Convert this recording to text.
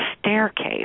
staircase